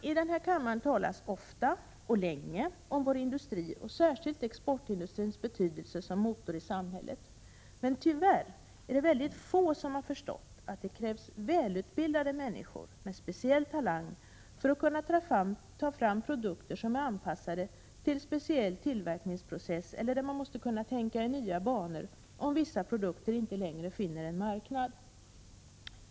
I denna kammare talas ofta och länge om vår industri och särskilt om exportindustrins betydelse som motor i samhället. Men tyvärr är 51 det väldigt få som har förstått att det krävs välutbildade människor med speciell talang för att kunna ta fram produkter som är anpassade till en speciell tillverkningsprocess eller som innebär att man måste kunna tänka i nya banor, om vissa produkter inte längre finner en marknad.